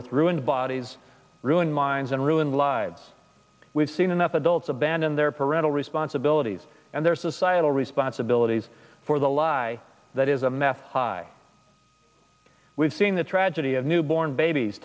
with ruined bodies ruined minds and ruined lives we've seen enough adults abandon their parental responsibilities and their societal responsibilities for the lie that is a meth high we've seen the tragedy of newborn babies